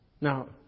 Now